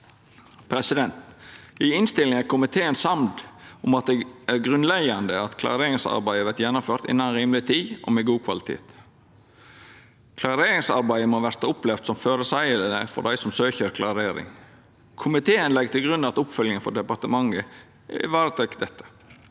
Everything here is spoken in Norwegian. raskt. I innstillinga er komiteen samd om at det er grunnleggjande at klareringsarbeidet vert gjennomført innan rimeleg tid og med god kvalitet. Klareringsarbeidet må verta opplevd som føreseieleg for dei som søkjer klarering. Komiteen legg til grunn at oppfølginga frå departementet varetek dette.